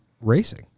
racing